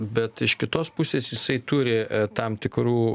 bet iš kitos pusės jisai turi tam tikrų